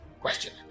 Question